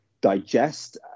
digest